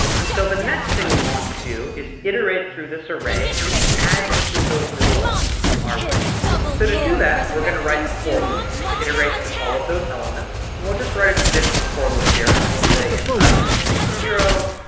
and so the next thing we want to do is iterate through this array and add each of those results to our list. so to do that, we're going to write a for loop to iterate through all of those elements, and we'll just write a traditional for loop here. so we'll say int i equals zero,